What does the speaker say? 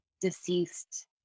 deceased